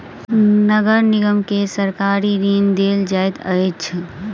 नगर निगम के सरकारी ऋण देल जाइत अछि